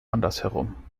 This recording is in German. andersherum